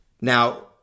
Now